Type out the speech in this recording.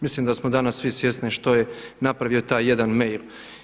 Mislim da smo danas svi svjesni što je napravio taj jedan mail.